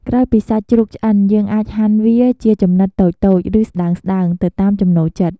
ក្រោយពីសាច់ជ្រូកឆ្អិន យើងអាចហាន់វាជាចំណិតតូចៗ ឬស្ដើងៗ ទៅតាមចំណូលចិត្ត។